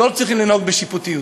לא צריכים לנהוג בשיפוטיות.